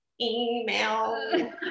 email